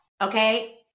Okay